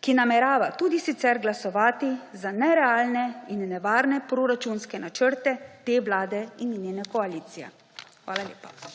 ki namerava tudi sicer glasovati za nerealne in nevarne proračunske načrte te vlade in njene koalicije. Hvala lepa.